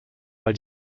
weil